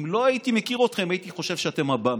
אם לא הייתי מכיר אתכם הייתי חושב שאתם עב"מים.